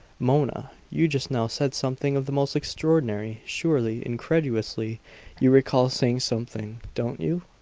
mona you just now said something of the most extraordinary surely incredulously you recall saying something, don't you?